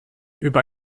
über